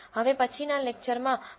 હવે પછીના લેકચરમાં પ્રો